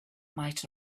might